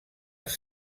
els